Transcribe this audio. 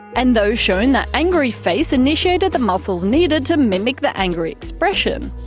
and those shown the angry face initiated the muscles needed to mimic the angry expression.